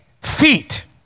feet